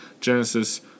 Genesis